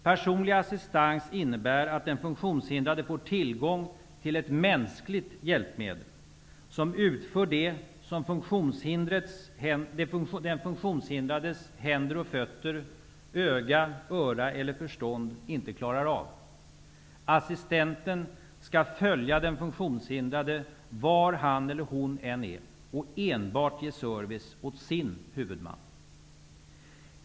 Personlig assistans innebär att den funktionshindrade får tillgång till ett mänskligt hjälpmedel som utför det som den funktionshindrades händer och fötter, öga, öra eller förstånd inte klarar av. Assistenten skall följa den funktionshindrade var han eller hon än är och enbart ge service åt sin ''huvudman''.